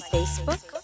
Facebook